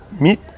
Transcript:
meet